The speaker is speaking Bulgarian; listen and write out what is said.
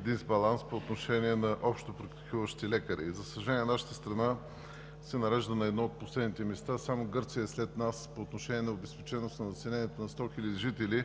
дисбаланс по отношение на общопрактикуващите лекари. За съжаление, нашата страна се нарежда на едно от последните места – само Гърция е след нас, по отношение на обезпеченост на населението на 100 хиляди жители